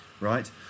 right